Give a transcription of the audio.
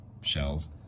shells